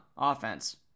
Offense